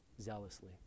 zealously